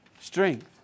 Strength